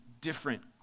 different